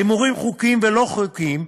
להימורים חוקיים ולא חוקיים,